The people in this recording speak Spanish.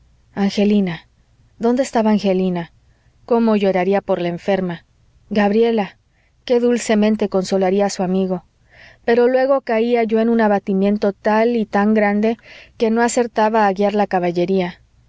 angelina dónde estaba angelina cómo lloraría por la enferma gabriela qué dulcemente consolaría a su amigo pero luego caía yo en un abatimiento tal y tan grande que no acertaba a guiar la caballería